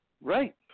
Right